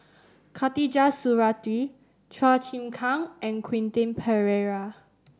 Khatijah Surattee Chua Chim Kang and Quentin Pereira